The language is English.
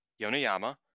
yonayama